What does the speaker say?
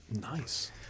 Nice